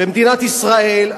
ומדינת ישראל,